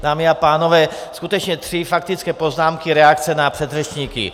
Dámy a pánové, skutečně tři faktické poznámky, reakce na předřečníky.